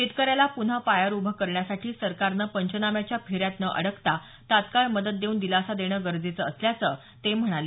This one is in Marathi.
शेतकऱ्याला पुन्हा पायावर उभं करण्यासाठी सरकारनं पंचनाम्याच्या फेऱ्यात न अडकता तात्काळ मदत देऊन दिलासा देणं गरजेचं असल्याचं ते म्हणाले